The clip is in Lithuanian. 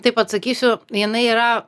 taip atsakysiu jinai yra